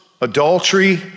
adultery